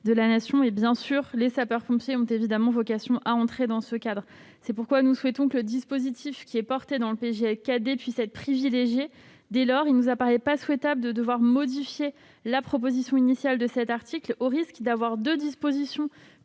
de la Nation. Les sapeurs-pompiers ont évidemment vocation à entrer dans ce cadre. Nous souhaitons que le dispositif prévu dans le projet de loi 3DS puisse être privilégié. Dès lors, il ne nous paraît pas souhaitable de modifier la proposition initiale de cet article, au risque d'avoir deux dispositions